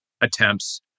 attempts